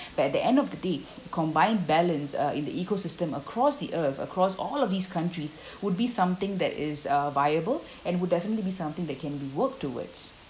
but at the end of the day combined balance uh in the ecosystem across the earth across all of these countries would be something that is uh viable and would definitely be something that can be work towards